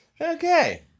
Okay